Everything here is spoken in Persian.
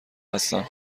هستم